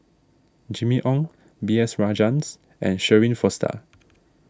Jimmy Ong B S Rajhans and Shirin Fozdar